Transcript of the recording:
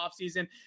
offseason